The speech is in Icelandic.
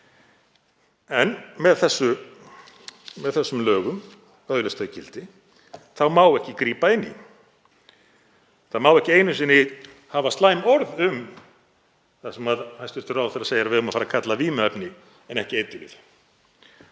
En með þessum lögum, öðlist þau gildi, má ekki grípa inn í. Það má ekki einu sinni hafa slæm orð um það sem hæstv. ráðherra segir að við eigum að fara að kalla vímuefni en ekki eiturlyf